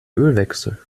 ölwechsel